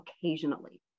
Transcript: occasionally